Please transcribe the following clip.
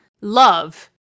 love